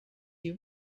you